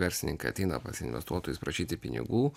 verslininkai ateina pas investuotojus prašyti pinigų